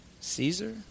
Caesar